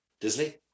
Disney